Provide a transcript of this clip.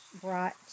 brought